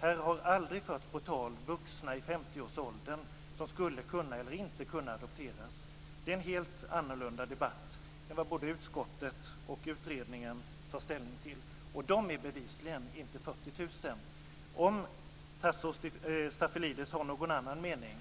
Här har aldrig förts på tal vuxna i 50-årsåldern som skulle kunna eller inte skulle kunna adopteras. Det är en helt annan fråga än den som både utskottet och utredningen tar ställning till. De är bevisligen inte 40 000. Om Tasso Stafilidis har någon annan mening